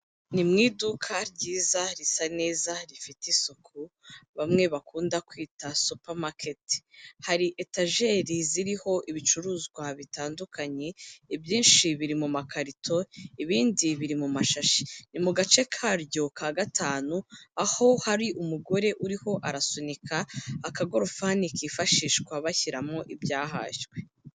Ni mu iduka ryiza risa neza rifite isuku, bamwe bakunda kwita supamaketi, hari etajeri ziriho ibicuruzwa bitandukanye, ibyinshi biri mu makarito, ibindi biri mu mashashi. Ni mu gace karyo ka gatanu, aho hari umugore uriho arasunika akagorofani kifashishwa bashyiramo ibyahashywe.